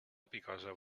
abikaasa